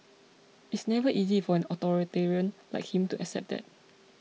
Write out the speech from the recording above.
it's never easy for an authoritarian like him to accept that